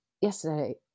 yesterday